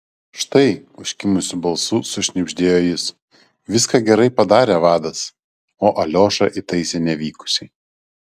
štai užkimusiu balsu sušnibždėjo jis viską gerai padarė vadas o aliošą įtaisė nevykusiai